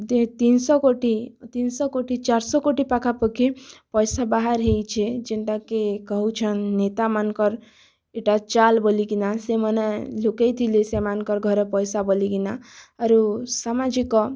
ଦୁଇ ତିନିଶହ କୋଟି ତିନିଶହ କୋଟି ଚାରିଶହ କୋଟି ପାଖାପାଖି ପଇସା ବାହର ହେଇଛେ ଯେନ୍ତାକି କହୁଛନ୍ ନେତାମାନଙ୍କର ଏଇଟା ଚାଲ୍ ବୋଲିକିନା ସେମାନେ ଲୁକେଇ ଥିଲେ ସେମାନଙ୍କର ଘର ପଇସା ବୋଲିକିନା ଆରୁ ସମାଜିକ